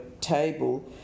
table